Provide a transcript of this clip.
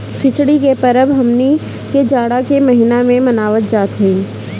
खिचड़ी के परब हमनी के जाड़ा के महिना में मनावत हई जा